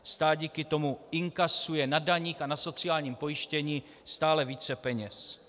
Stát díky tomu inkasuje na daních a na sociálním pojištění stále více peněz.